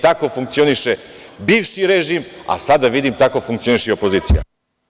Tako funkcioniše bivši režim, a sada vidim da tako funkcioniše i opozicija.